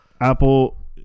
Apple